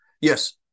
Yes